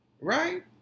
right